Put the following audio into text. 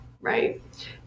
right